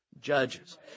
judges